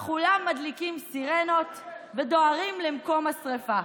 וכולם מדליקים סירנות ודוהרים למקום השרפה.